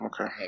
Okay